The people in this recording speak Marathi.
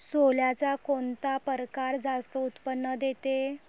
सोल्याचा कोनता परकार जास्त उत्पन्न देते?